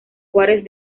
juárez